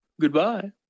Goodbye